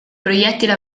proiettile